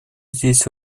здесь